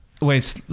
Wait